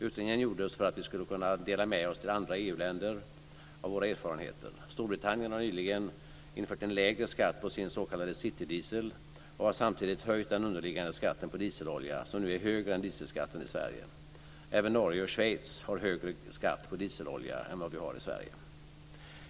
Utredningen gjordes för att vi skulle kunna dela med oss till andra EU-länder av våra erfarenheter. Storbritannien har nyligen infört en lägre skatt på sin s.k. citydiesel och har samtidigt höjt den underliggande skatten på dieselolja, som nu är högre än dieselskatten i Sverige. Även Norge och Schweiz har högre skatt på dieselolja än vad vi har i Sverige.